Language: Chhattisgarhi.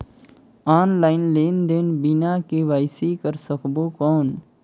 ऑनलाइन लेनदेन बिना के.वाई.सी कर सकबो कौन??